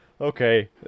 okay